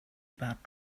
about